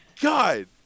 God